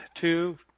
two